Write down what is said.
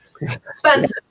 expensive